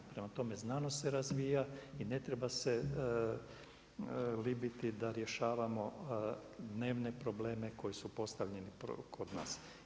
Prema tome, znanost se razvija i ne treba se libiti da rješavamo dnevne problemi koji su postavljeni kod nas.